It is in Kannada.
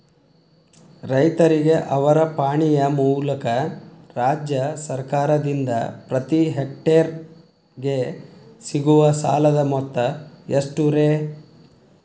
ರೈತರಿಗೆ ಅವರ ಪಾಣಿಯ ಮೂಲಕ ರಾಜ್ಯ ಸರ್ಕಾರದಿಂದ ಪ್ರತಿ ಹೆಕ್ಟರ್ ಗೆ ಸಿಗುವ ಸಾಲದ ಮೊತ್ತ ಎಷ್ಟು ರೇ?